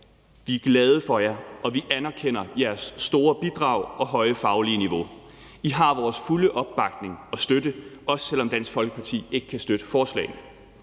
vi er glade for jer, og vi anerkender jeres store bidrag og høje faglige niveau. I har vores fulde opbakning og støtte, også selv om Dansk Folkeparti ikke kan støtte forslagene.